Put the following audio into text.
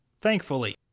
Thankfully